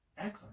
Eckler